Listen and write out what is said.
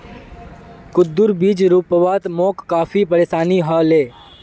कद्दूर बीज रोपवात मोक काफी परेशानी ह ले